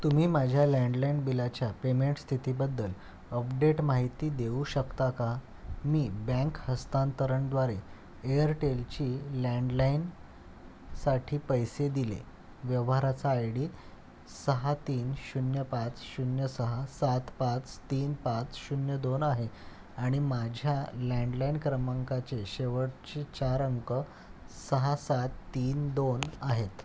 तुम्ही माझ्या लँडलाईन बिलाच्या पेमेंट स्थितीबद्दल अपडेट माहिती देऊ शकता का मी बँक हस्तांतरणद्वारे एअरटेलची लँडलाईन साठी पैसे दिले व्यवहाराचा आय डी सहा तीन शून्य पाच शून्य सहा सात पाच तीन पाच शून्य दोन आहे आणि माझ्या लँडलाईन क्रमांकाचे शेवटचे चार अंक सहा सात तीन दोन आहेत